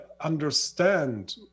understand